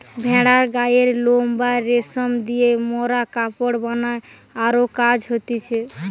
ভেড়ার গায়ের লোম বা রেশম দিয়ে মোরা কাপড় বানাই আরো কাজ হতিছে